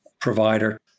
provider